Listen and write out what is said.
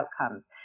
outcomes